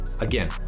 Again